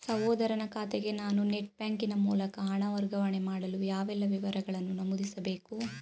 ಸಹೋದರನ ಖಾತೆಗೆ ನಾನು ನೆಟ್ ಬ್ಯಾಂಕಿನ ಮೂಲಕ ಹಣ ವರ್ಗಾವಣೆ ಮಾಡಲು ಯಾವೆಲ್ಲ ವಿವರಗಳನ್ನು ನಮೂದಿಸಬೇಕು?